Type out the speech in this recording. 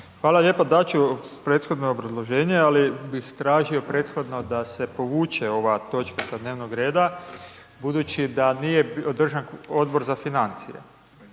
Hvala lijepo. Dat ću prethodno obrazloženje, ali bih tražio prethodno da se povuče ova točka sa dnevnog reda budući da nije održan Odbor za financije.